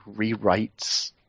rewrites